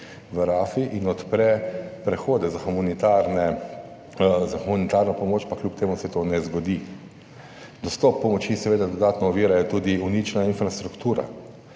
v Rafiji in odpre prehode za humanitarne, za humanitarno pomoč, pa kljub temu se to ne zgodi. Dostop pomoči seveda dodatno ovirajo tudi uničena infrastruktura,